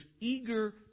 eager